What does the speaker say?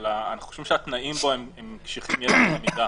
אבל אנחנו חושבים שהתנאים בו הם קשיחים יתר על המידה.